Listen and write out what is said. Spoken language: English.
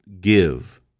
give